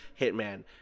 Hitman